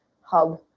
hub